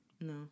No